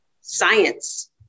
science